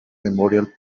memorial